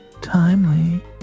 Timely